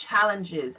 challenges